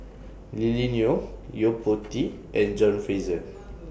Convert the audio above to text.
Lily Neo Yo Po Tee and John Fraser